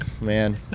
man